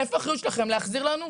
איפה האחריות שלכם להחזיר לנו?